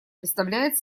представляет